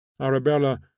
arabella